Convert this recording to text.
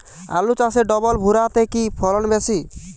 আলু চাষে ডবল ভুরা তে কি ফলন বেশি?